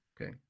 Okay